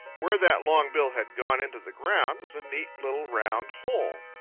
where that long bill had gone into the ground was a neat little round hole.